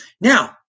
Now